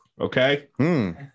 okay